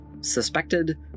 suspected